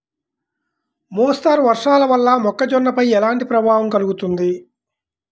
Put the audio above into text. మోస్తరు వర్షాలు వల్ల మొక్కజొన్నపై ఎలాంటి ప్రభావం కలుగుతుంది?